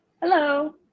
Hello